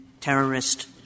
terrorist